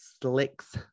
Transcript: slicks